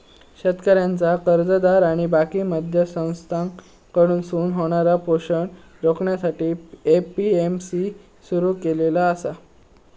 शेतकऱ्यांचा कर्जदार आणि बाकी मध्यस्थांकडसून होणारा शोषण रोखण्यासाठी ए.पी.एम.सी सुरू केलेला आसा